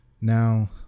Now